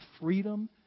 freedom